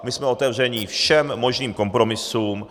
My jsme otevřeni všem možným kompromisům.